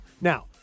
now